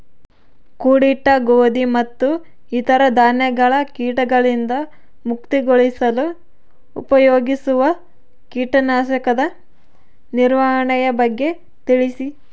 ಕೂಡಿಟ್ಟ ಗೋಧಿ ಮತ್ತು ಇತರ ಧಾನ್ಯಗಳ ಕೇಟಗಳಿಂದ ಮುಕ್ತಿಗೊಳಿಸಲು ಉಪಯೋಗಿಸುವ ಕೇಟನಾಶಕದ ನಿರ್ವಹಣೆಯ ಬಗ್ಗೆ ತಿಳಿಸಿ?